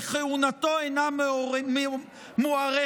וכהונתו אינה מוארכת,